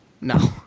No